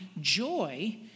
joy